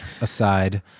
aside